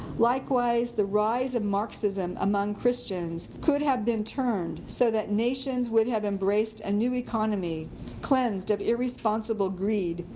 likewise the rise of marxism among christians could have been turned so that nations would have embraced a new economy cleansed of irresponsible greed,